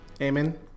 Amen